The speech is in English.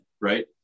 right